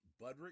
Budrick